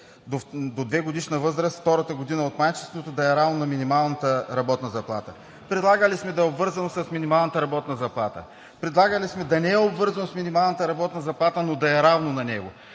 до 2-годишна възраст, втората година от майчинството да е равна на минималната работна заплата. Предлагали сме да е обвързано с минималната работна заплата. Предлагали сме да не е обвързано с минималната работна заплата, но да е равно на нея.